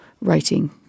writing